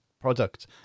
product